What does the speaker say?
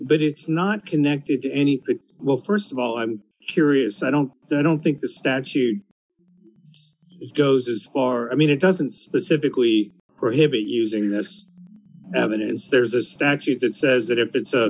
but it's not connected to anything well st of all i'm curious i don't i don't think the statute goes as far i mean it doesn't specifically prohibit using this evidence there's a statute that says that if it's